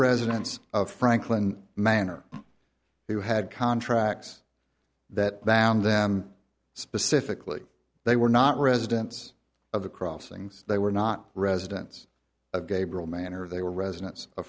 residents of franklin manor who had contracts that banned them specifically they were not residents of the crossings they were not residents of gabriel manor they were residents